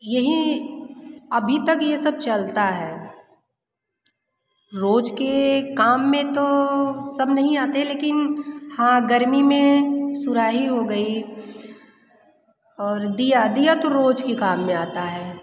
यहीं अभी तक ये सब चलता है रोज़ के काम में तो सब नहीं आते है लेकिन हाँ गर्मी में सुराही हो गई और दिया दिया तो रोज़ के काम में आता है